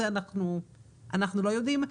אנחנו לא יודעים.